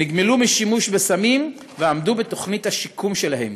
נגמלו משימוש בסמים ועמדו בתוכנית השיקום שלהם.